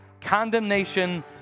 condemnation